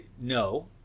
no